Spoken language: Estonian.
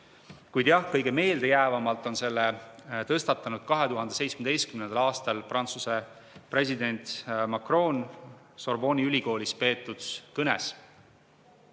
kuid jah, kõige meeldejäävamalt on selle tõstatanud 2017. aastal Prantsuse president Macron Sorbonne'i ülikoolis peetud kõnes,